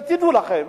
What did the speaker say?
תדעו לכם